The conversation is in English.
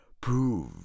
Prove